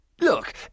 Look